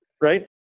right